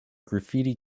graffiti